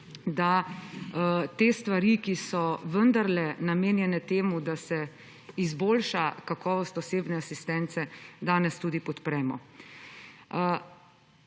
da te stvari, ki so vendarle namenjene temu, da se izboljša kakovost osebne asistence, danes tudi podpremo.